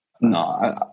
No